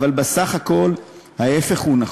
אבל בסך הכול ההפך הוא הנכון: